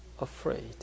afraid